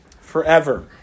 forever